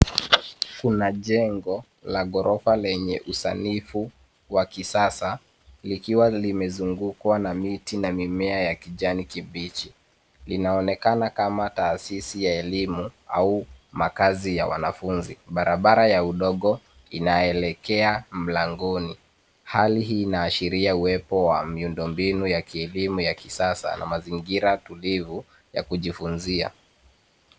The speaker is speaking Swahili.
Kuna jengo la ghrorofa lenye usanifu wa kisasa likiwa limezungukwa na miti na mimea ya kijani kibichi. Linaonekana kama taasisi ya elimu au makazi ya wanafunzi. Barabara ya udogo inaelekea mlangoni, hali hii inaashiria uwepo wa miundombinu ya kielimu ya kisasa na mazingira tulivu ya kujifunzia.